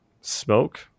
smoke